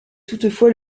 toutefois